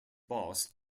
boss